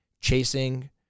chasing